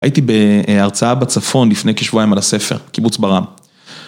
הייתי בהרצאה בצפון לפני כשבועיים על הספר, קיבוץ בר עם.